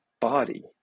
body